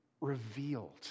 revealed